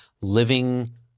living